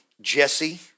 Jesse